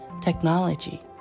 technology